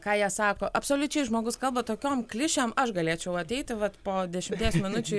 ką jie sako absoliučiai žmogus kalba tokiom klišėm aš galėčiau ateiti vat po dešimties minučių